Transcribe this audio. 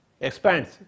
expands